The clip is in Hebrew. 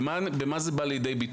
למשל,